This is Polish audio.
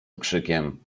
okrzykiem